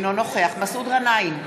אינו נוכח מסעוד גנאים,